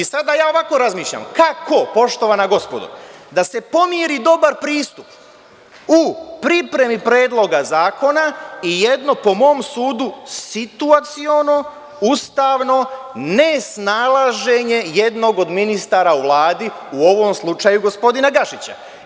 Sada ja ovako razmišljam: kako, poštovana gospodo, da se pomiri dobar pristup u pripremi predloga zakona i jedno, po mom sudu, situaciono, ustavno, nesnalaženje jednog od ministara u Vladi, u ovom slučaju gospodina Gašića?